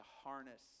harness